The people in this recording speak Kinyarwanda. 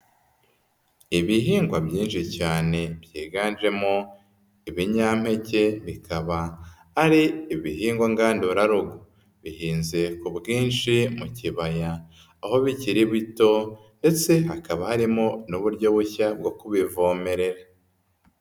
Ibihingwa byinshi cyane byiganjemo ibinyampeke bikaba ari ibihingwa ngandura rugo, bihinze ku bwinshi mu kibaya, aho bikiri bito ndetse hakaba harimo n'uburyo bushya bwo kubivomerera.